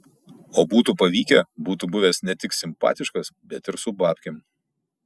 o būtų pavykę būtų buvęs ne tik simpatiškas bet ir su babkėm